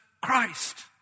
Christ